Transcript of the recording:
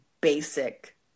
basic